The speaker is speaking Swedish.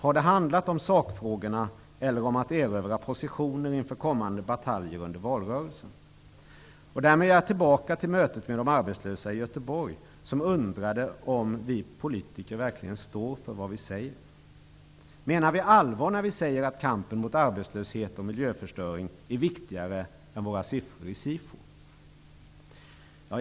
Har det handlat om sakfrågorna eller om att erövra positioner inför kommande bataljer under valrörelsen? Därmed är jag tillbaka till mötet med de arbetslösa i Göteborg, som undrade om vi politiker verkligen står för vad vi säger. Menar vi allvar när vi säger att kampen mot arbetslöshet och miljöförstöring är viktigare än våra siffror i SIFO?